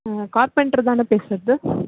carpenter தானே பேசுகிறது